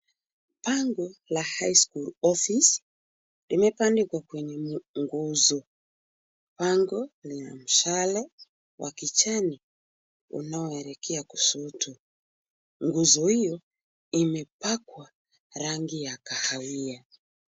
Bango la High School Office limebandikwa kwenye nguzo. Bango lina mshale wa kijani unaoelekea kushoto. Nguzo hiyo imepakwa rangi ya kahawia.